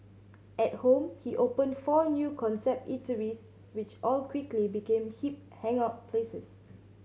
at home he opened four new concept eateries which all quickly became hip hangout places